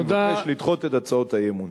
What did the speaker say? אני מבקש לדחות את הצעות האי-אמון.